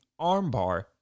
armbar